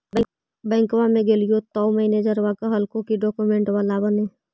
बैंकवा मे गेलिओ तौ मैनेजरवा कहलको कि डोकमेनटवा लाव ने?